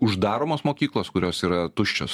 uždaromos mokyklos kurios yra tuščios